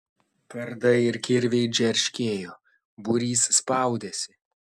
kardai ir kirviai džerškėjo būrys spaudėsi